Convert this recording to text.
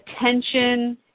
attention